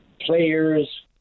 players